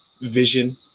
vision